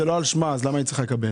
אם זה לא על שמה, למה היא צריכה לקבל?